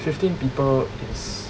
fifteen people is